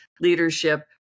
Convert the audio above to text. leadership